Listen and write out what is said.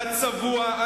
אתה צבוע,